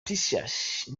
precious